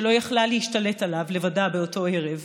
שלא יכלה להשתלט עליו לבדה באותו ערב,